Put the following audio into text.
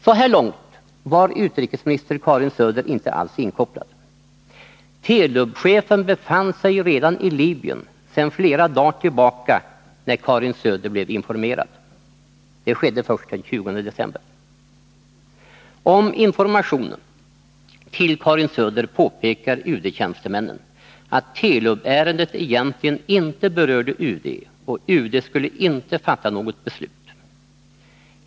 Så här långt var utrikesministern Karin Söder inte alls inkopplad. Telub-chefen befann sig redan i Libyen sedan flera dagar tillbaka när Karin Söder blev informerad. Det skedde först den 20 december. Om informationen till Karin Söder påpekar UD-tjänstemännen att Telub-ärendet egentligen inte berörde UD, och UD skulle inte fatta något beslut.